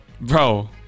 bro